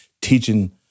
teaching